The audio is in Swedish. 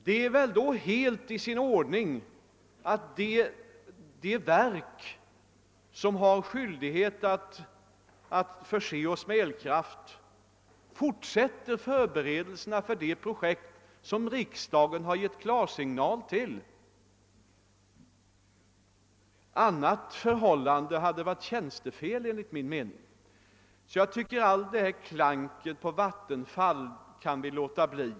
Det är väl då helt i sin ordning att det verk som har skyldighet att förse oss med elkraft fortsätter förberedelserna för de projekt som riksdagen har givit klarsignal till. Annat förhållande hade varit tjänstefel enligt min mening. Jag tycker alltså att allt detta klank på Vattenfall kan man låta bli med.